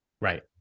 Right